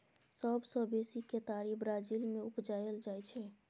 सबसँ बेसी केतारी ब्राजील मे उपजाएल जाइ छै